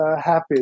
happy